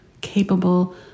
capable